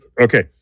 Okay